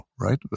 right